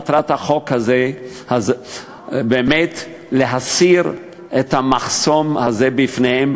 מטרת החוק הזה היא להסיר את המחסום הזה שבפניהם